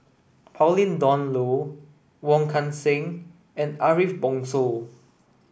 Pauline Dawn Loh Wong Kan Seng and Ariff Bongso